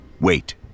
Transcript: Wait